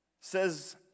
says